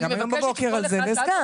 גם היום בבוקר על זה והסכמת.